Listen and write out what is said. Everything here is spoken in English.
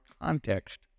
context